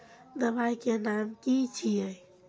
दबाई के नाम की छिए?